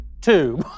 two